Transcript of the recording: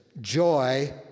joy